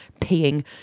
peeing